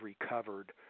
recovered